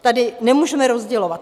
Tady nemůžeme rozdělovat.